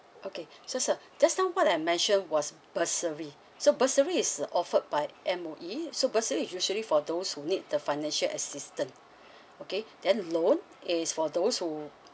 okay so sir just now what I mentioned was bursary so bursary is offered by M_O_E so bursary is usually for those who need the financial assistance okay then loan is for those who